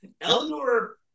Eleanor